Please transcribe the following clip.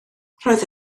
roedd